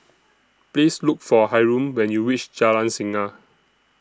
Please Look For Hyrum when YOU REACH Jalan Singa